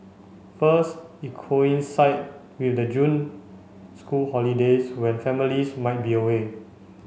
first it coincided with the June school holidays when families might be away